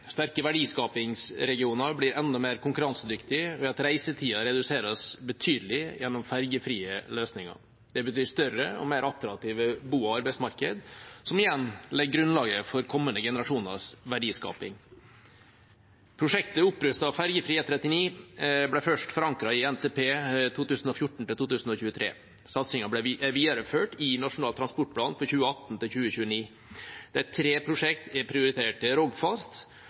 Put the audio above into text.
Sterke verdiskapingsregioner blir enda mer konkurransedyktige ved at reisetida reduseres betydelig gjennom fergefrie løsninger. Det betyr større og mer attraktive bo- og arbeidsmarked, som igjen legger grunnlaget for kommende generasjoners verdiskaping. Prosjektet Opprustet og fergefri E39 ble først forankret i NTP 2014–2023. Satsingen er videreført i Nasjonal transportplan 2018–2029. Tre prosjekt er prioritert, det er Rogfast – som allerede er